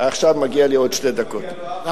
עכשיו מגיעות לי